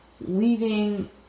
leaving